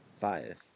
five